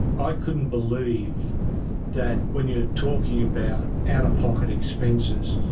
i couldn't believe that when you're talking about out-of-pocket expenses,